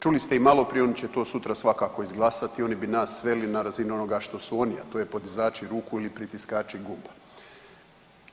Čuli ste i maloprije, oni će to sutra svakako izglasati, oni bi nas sveli na razinu onoga što su oni, a to je podizači ruku ili pritiskači GUP-a.